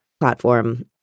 platform